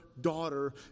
daughter